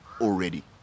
already